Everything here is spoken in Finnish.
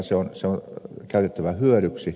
se on käytettävä hyödyksi